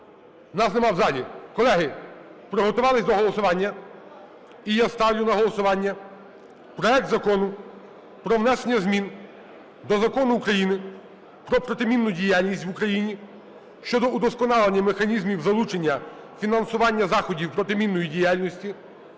нас нема в залі. Колеги, приготувалися до голосування, і я ставлю на голосування проект Закону про внесення змін до Закону України "Про протимінну діяльність в Україні" щодо удосконалення механізмів залучення фінансування заходів протимінної діяльності